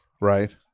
Right